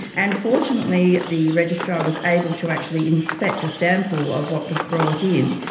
and fortunately the registrar was able to actually inspect a sample of what was brought in,